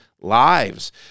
lives